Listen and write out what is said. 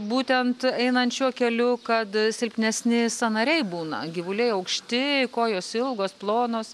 būtent einant šiuo keliu kad silpnesni sąnariai būna gyvuliai aukšti kojos ilgos plonos